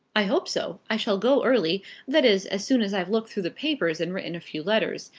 i hope so. i shall go early that is, as soon as i've looked through the papers and written a few letters.